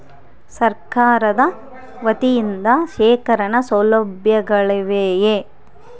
ಸರಕಾರದ ವತಿಯಿಂದ ಶೇಖರಣ ಸೌಲಭ್ಯಗಳಿವೆಯೇ?